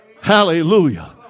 Hallelujah